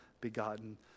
begotten